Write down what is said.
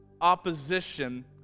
opposition